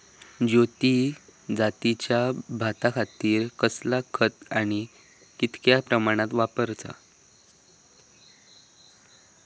ज्योती जातीच्या भाताखातीर कसला खत आणि ता कितक्या प्रमाणात वापराचा?